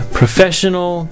professional